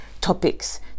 topics